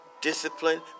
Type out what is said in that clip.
discipline